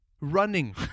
running